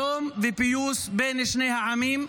שלום ופיוס בין שני העמים,